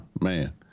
man